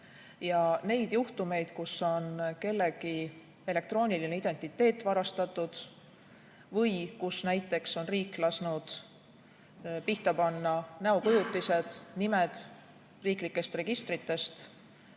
Neid juhtumeid, kus on kellegi elektrooniline identiteet varastatud või kus näiteks on riik lasknud pihta panna näokujutised, nimed riiklikest registritest,